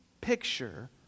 picture